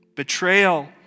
Betrayal